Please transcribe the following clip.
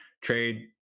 trade